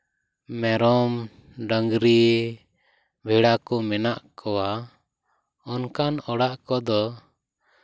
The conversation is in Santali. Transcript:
ᱢᱮᱨᱚᱢ ᱰᱟᱝᱨᱤ ᱵᱷᱮᱲᱟ ᱠᱚ ᱢᱮᱱᱟᱜ ᱠᱚᱣᱟ ᱚᱱᱠᱟᱱ ᱚᱲᱟᱜ ᱠᱚᱫᱚ